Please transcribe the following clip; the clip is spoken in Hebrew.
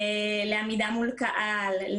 לעמידה מול קהל,